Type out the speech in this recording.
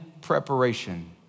preparation